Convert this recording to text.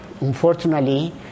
unfortunately